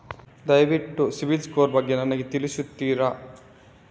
ದಯವಿಟ್ಟು CIBIL score ಬಗ್ಗೆ ನನಗೆ ತಿಳಿಸ್ತಿರಾ?